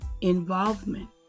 involvement